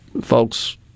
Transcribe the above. folks